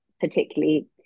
particularly